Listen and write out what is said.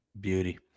Beauty